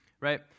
right